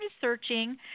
searching